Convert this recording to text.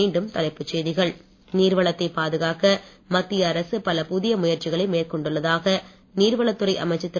மீண்டும் தலைப்புச் செய்திகள் நீர்வளத்தை பாதுகாக்க மத்திய அரசு பல புதிய முயற்சிகளை மேற்கொண்டுள்ளதாக நீர்வளத்துறை அமைச்சர் திரு